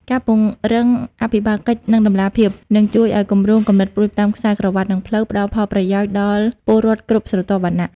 ការពង្រឹងអភិបាលកិច្ច និងតម្លាភាព នឹងជួយឱ្យគម្រោង គំនិតផ្ដួចផ្ដើមខ្សែក្រវាត់ និងផ្លូវ ផ្ដល់ផលប្រយោជន៍ដល់ពលរដ្ឋគ្រប់ស្រទាប់វណ្ណៈ។